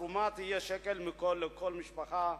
התרומה תהיה שקל לכל משפחה.